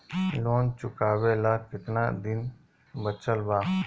Loan चुकावे ला कितना दिन बचल बा?